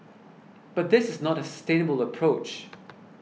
but this is not a sustainable approach